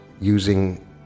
using